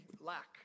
lack